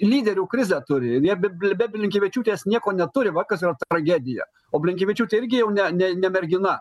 lyderių krizę turi ier jie be blinkevičiūtės nieko neturi va kas yra tragedija o blinkevičiūtė irgi jau ne ne ne mergina